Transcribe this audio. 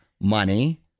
money